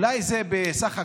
אולי בסך הכול,